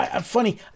Funny